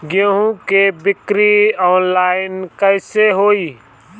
गेहूं के बिक्री आनलाइन कइसे होई?